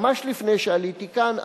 ממש לפני שעליתי כאן,